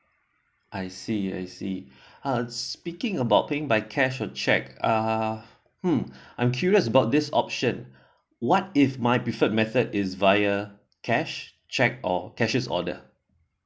I see I see uh speaking about paying by cash on check a'ah hmm I'm curious about this option what if my preferred method is via cash cheque or cashiers order